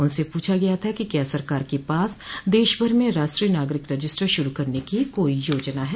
उनसे पूछा गया था कि क्या सरकार के पास देश भर में राष्ट्रीय नागरिक रजिस्टर शुरू करने की कोई योजना है